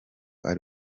ari